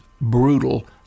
brutal